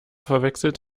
verwechselt